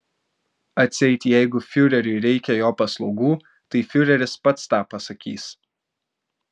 atseit jeigu fiureriui reikia jo paslaugų tai fiureris pats tą pasakys